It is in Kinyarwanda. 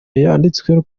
yanditswe